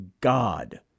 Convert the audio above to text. God